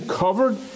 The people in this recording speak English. covered